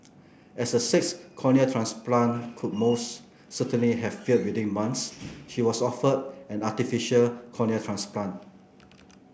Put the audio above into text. as a sixth cornea transplant would most certainly have failed within months she was offered an artificial cornea transplant